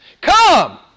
Come